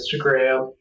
Instagram